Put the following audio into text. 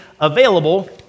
available